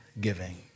giving